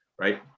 right